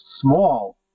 small